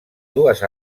dues